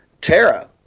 Tara